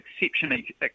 exceptionally